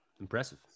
impressive